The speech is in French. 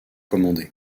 commandés